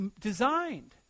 designed